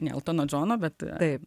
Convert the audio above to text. ne eltono džono bet tai